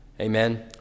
Amen